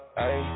hey